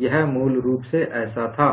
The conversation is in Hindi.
यह मूल रूप से ऐसा था